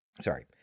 sorry –